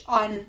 on